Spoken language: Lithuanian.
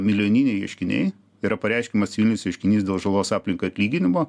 milijoniniai ieškiniai yra pareiškiamas civilinis ieškinys dėl žalos aplinkai atlyginimo